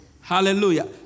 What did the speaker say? Hallelujah